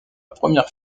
première